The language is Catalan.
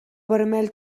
vermell